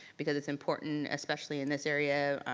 because it's important, especially in this area,